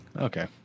Okay